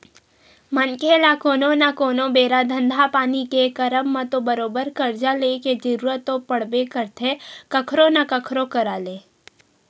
मनखे ल कोनो न कोनो बेरा धंधा पानी के करब म तो बरोबर करजा लेके जरुरत तो पड़बे करथे कखरो न कखरो करा ले